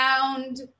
found